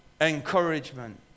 encouragement